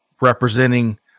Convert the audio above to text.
representing